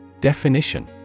Definition